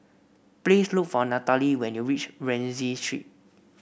please look for Nathalie when you reach Rienzi Street